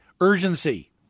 urgency